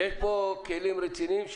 יש פה כלים רציניים,